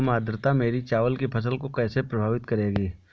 कम आर्द्रता मेरी चावल की फसल को कैसे प्रभावित करेगी?